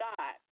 God